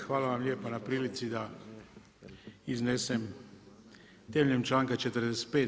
Hvala vam lijepa na prilici da iznesem temeljem članka 45.